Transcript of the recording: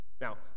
Now